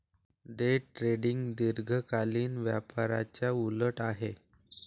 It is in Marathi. डे ट्रेडिंग दीर्घकालीन व्यापाराच्या उलट आहे